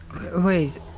Wait